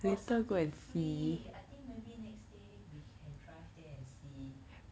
got something free I think maybe next day we can drive there and see